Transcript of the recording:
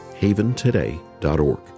haventoday.org